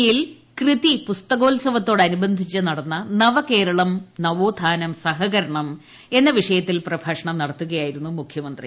കൊച്ചിയിൽ കൃതി പുസ്ത്രകോ്ത്സവത്തോടനുബന്ധിച്ച് നടത്തിയ നവകേരളം നവോത്ഥാനം സഹകരണം എന്നവിഷയത്തിൽ പ്രഭാഷണം നടത്തുകയായിരുന്നു മുഖ്യമന്ത്രി